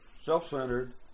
self-centered